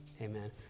amen